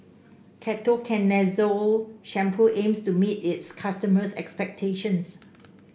Ketoconazole Shampoo aims to meet its customers' expectations